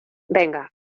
venga